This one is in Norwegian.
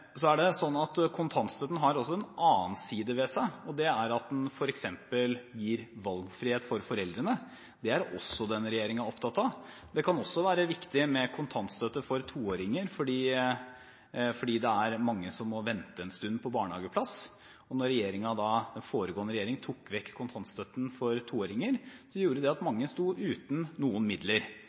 Kontantstøtten har også en annen side ved seg, og det er at den f.eks. gir valgfrihet for foreldrene. Det er denne regjeringen også opptatt av. Det kan også være viktig med kontantstøtte for toåringer, fordi det er mange som må vente en stund på barnehageplass. Da den foregående regjering tok vekk kontantstøtten for toåringer, gjorde det at mange sto uten noen midler.